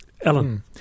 Ellen